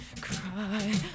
cry